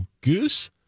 goose